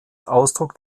ausdruck